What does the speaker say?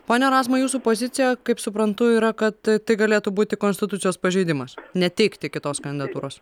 pone razma jūsų pozicija kaip suprantu yra kad tai galėtų būti konstitucijos pažeidimas neteikti kitos kandidatūros